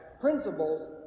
Principles